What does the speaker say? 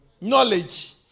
Knowledge